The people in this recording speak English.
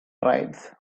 tribes